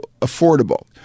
affordable